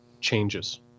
changes